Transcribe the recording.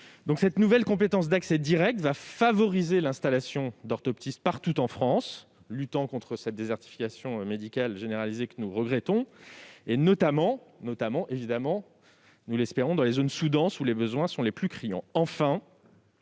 Cette nouvelle compétence d'accès direct favorisera l'installation d'orthoptistes partout en France. Elle contribuera à la lutte contre cette désertification médicale généralisée que nous regrettons, notamment- nous l'espérons -dans les zones sous-denses, où les besoins sont les plus criants.